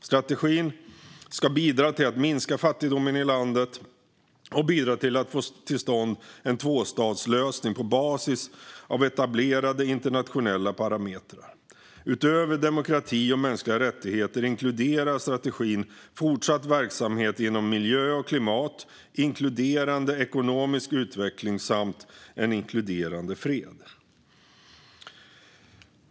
Strategin ska bidra till att minska fattigdomen i landet och bidra till att få till stånd en tvåstatslösning på basis av etablerade internationella parametrar. Utöver demokrati och mänskliga rättigheter inkluderar strategin fortsatt verksamhet inom miljö och klimat, inkluderande ekonomisk utveckling och inkluderande fred.